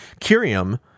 curium